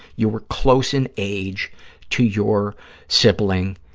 you were close in age to your sibling.